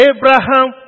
Abraham